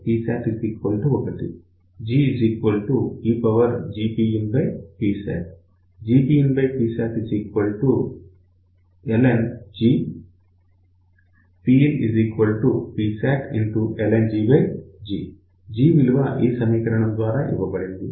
PinPsatlnG PinPsatln G G G విలువ ఈ సమీకరణం ద్వారా ఇవ్వబడింది